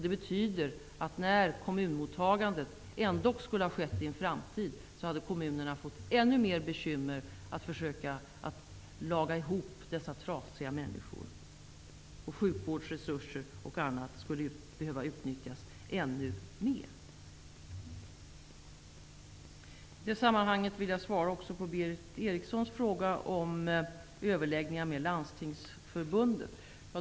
Det betyder att när kommunmottagandet ändock skulle ha skett i en framtid, hade kommunerna fått ännu mer bekymmer att försöka laga dessa trasiga människor. Sjukvårdsresurser och annat skulle behöva utnyttjas ännu mer. I det sammanhanget vill jag också svara på Berith Landstingsförbundet.